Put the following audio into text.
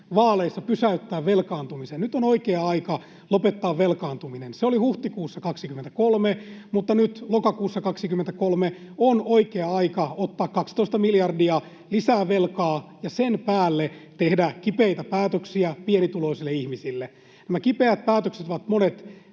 vaaleissa pysäyttää velkaantumisen: nyt on oikea aika lopettaa velkaantuminen. Se oli huhtikuussa 23, mutta nyt lokakuussa 23 on oikea aika ottaa 12 miljardia lisää velkaa ja sen päälle tehdä kipeitä päätöksiä pienituloisille ihmisille. Nämä kipeät päätökset ovat monet